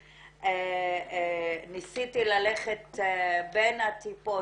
ואני ניסיתי ללכת בין הטיפות,